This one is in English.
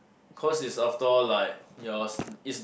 cause it's after all like yours is